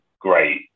great